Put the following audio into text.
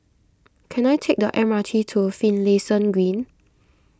can I take the M R T to Finlayson Green